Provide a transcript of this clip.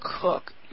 cook